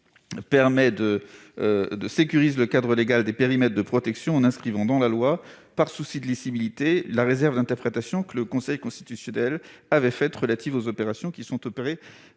vise à sécuriser le cadre légal des périmètres de protection en tendant à inscrire dans la loi, par souci de lisibilité, la réserve d'interprétation que le Conseil constitutionnel avait émise concernant les opérations qui sont menées